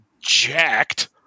jacked